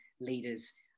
leaders